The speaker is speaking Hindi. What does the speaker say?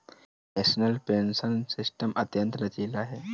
नेशनल पेंशन सिस्टम अत्यंत लचीला है